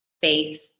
faith